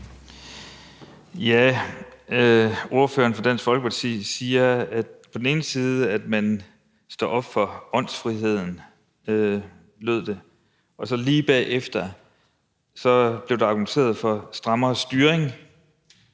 Ordføreren for Dansk Folkeparti siger på den ene side, at man står op for åndsfriheden – sådan lød det – og lige bagefter blev der på den anden side argumenteret for strammere styring,